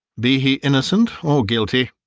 be he innocent or guilty.